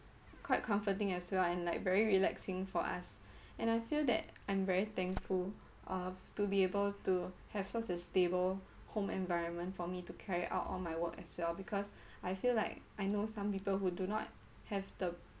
quite comforting as well and like very relaxing for us and I feel that I'm very thankful uh to be able to have such as stable home environment for me to carry out all my work as well because I feel like I know some people who do not have the